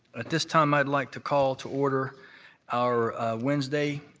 at this time, i'd like to call to order our wednesday,